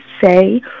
say